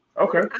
Okay